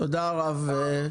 תודה, הרב.